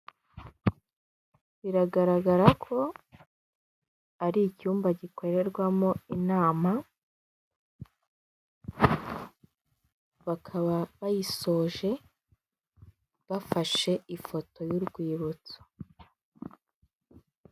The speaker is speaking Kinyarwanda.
Biragaragara ko ari icyumba gikorerwamo inama, bakaba bayisoje, bafashe ifoto y'urwibutso.